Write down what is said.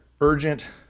urgent